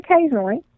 Occasionally